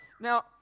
Now